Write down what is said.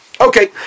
Okay